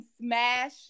smash